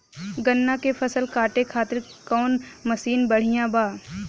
गन्ना के फसल कांटे खाती कवन मसीन बढ़ियां बा?